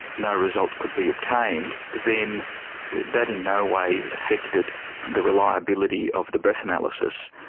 no result could be obtained, then that in no way affected the reliability of the breath analysis.